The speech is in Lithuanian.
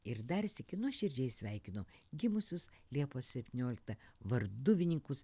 ir dar sykį nuoširdžiai sveikinu gimusius liepos septynioliktą varduvininkus